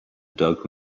doug